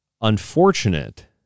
unfortunate